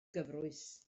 gyfrwys